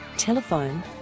telephone